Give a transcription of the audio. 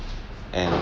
and